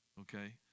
okay